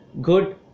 good